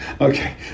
Okay